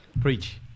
Preach